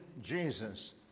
Jesus